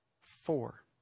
Four